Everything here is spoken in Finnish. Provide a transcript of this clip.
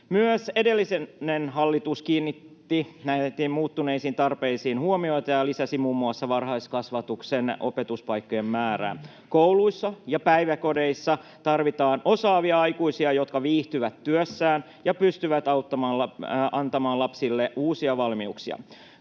Myös edellinen hallitus kiinnitti näihin muuttuneisiin tarpeisiin huomiota ja lisäsi muun muassa varhaiskasvatuksen opetuspaikkojen määrää. Kouluissa ja päiväkodeissa tarvitaan osaavia aikuisia, jotka viihtyvät työssään ja pystyvät antamaan lapsille uusia valmiuksia.